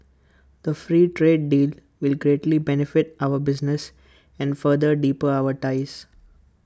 the free trade deal will greatly benefit our businesses and further deepen our ties